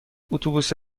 اتوبوس